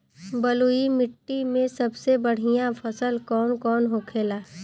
बलुई मिट्टी में सबसे बढ़ियां फसल कौन कौन होखेला?